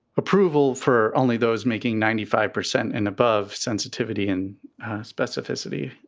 approval for only those making ninety five percent, an above sensitivity and specificity,